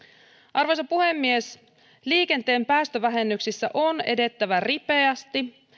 arvoisa puhemies liikenteen päästövähennyksissä on edettävä ripeästi